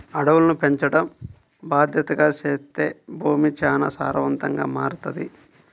అడవులను పెంచడం బాద్దెతగా చేత్తే భూమి చానా సారవంతంగా మారతది